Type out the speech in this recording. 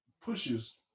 pushes